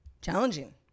challenging